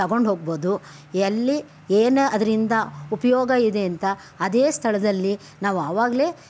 ತಗೊಂಡು ಹೋಗ್ಬೋದು ಎಲ್ಲಿ ಏನು ಅದರಿಂದ ಉಪಯೋಗ ಇದೆ ಅಂತ ಅದೇ ಸ್ಥಳದಲ್ಲಿ ನಾವು ಆವಾಗಲೇ